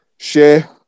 share